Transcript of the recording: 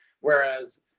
whereas